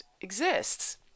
exists